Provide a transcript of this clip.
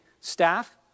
staff